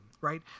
right